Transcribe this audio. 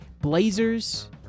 Blazers